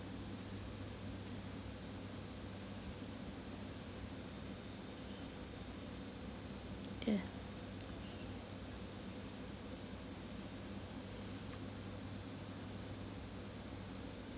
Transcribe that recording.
yeah